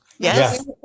Yes